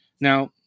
Now